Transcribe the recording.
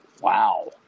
wow